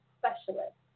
specialist